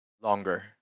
longer